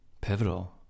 Pivotal